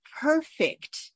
perfect